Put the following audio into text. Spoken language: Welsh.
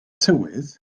tywydd